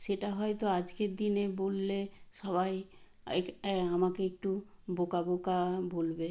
সেটা হয়তো আজকের দিনে বললে সবাই আমাকে একটু বোকা বোকা বলবে